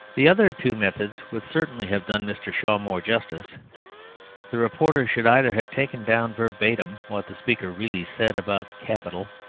the other two methods would certainly have done mr. shaw more justice the reporter should either have taken down verbatim what the speaker really said about capital,